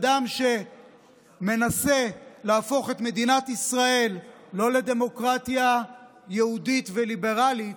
אדם שמנסה להפוך את מדינת ישראל לא לדמוקרטיה יהודית וליברלית,